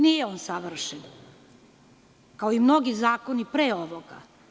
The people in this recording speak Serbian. Nije on savršen, kao i mnogi zakoni pre ovoga.